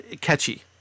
catchy